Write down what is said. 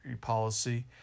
policy